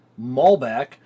Malbec